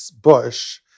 bush